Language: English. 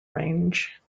range